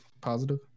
positive